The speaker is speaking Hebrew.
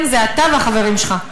"אתם" זה אתה והחברים שלך.